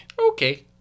Okay